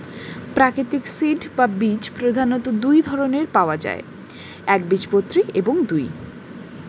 প্রাকৃতিক সিড বা বীজ প্রধানত দুই ধরনের পাওয়া যায় একবীজপত্রী এবং দুই